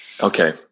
Okay